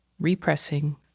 repressing